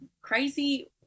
crazy